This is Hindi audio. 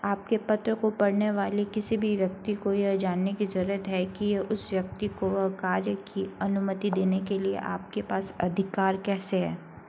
आपके पत्र को पढ़ने वाले किसी भी व्यक्ति को यह जानने की जरूरत है कि उस व्यक्ति को वह कार्य की अनुमति देने के लिए आपके पास अधिकार कैसे है